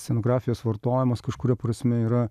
scenografijos vartojimas kažkuria prasme yra